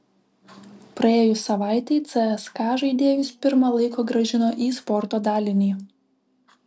praėjus savaitei cska žaidėjus pirma laiko grąžino į sporto dalinį